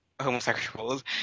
homosexuals